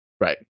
Right